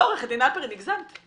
לא עו"ד הלפרין, הגזמת.